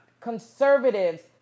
conservatives